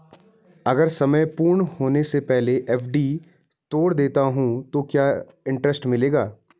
अगर समय पूर्ण होने से पहले एफ.डी तोड़ देता हूँ तो क्या इंट्रेस्ट मिलेगा?